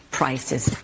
prices